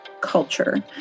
culture